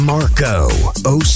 Marco